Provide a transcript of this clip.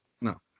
No